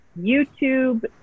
YouTube